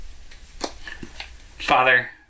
Father